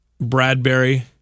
Bradbury